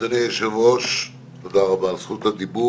אדוני היושב-ראש, תודה רבה על זכות הדיבור.